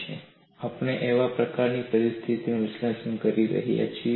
અને આપણે કેવા પ્રકારની પરિસ્થિતિનું વિશ્લેષણ કરી રહ્યા છીએ